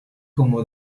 como